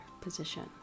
position